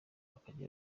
akorera